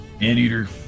Anteater